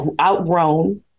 outgrown